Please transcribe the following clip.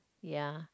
ya